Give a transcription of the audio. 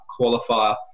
qualifier